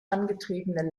angetriebene